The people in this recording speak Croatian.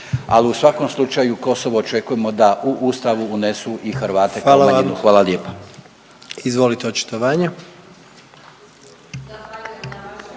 Ali u svakom slučaju Kosovo očekujemo da u ustavu unesu i Hrvate kao manjinu. Hvala lijepa.